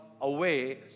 away